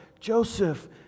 Joseph